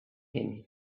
him